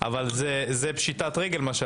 אבל מה שאתה מדבר פה זו פשיטת רגל.